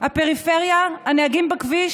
הפריפריה, הנהגים בכביש,